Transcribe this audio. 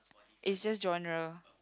it's just genre